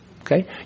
Okay